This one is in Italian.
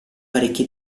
parecchi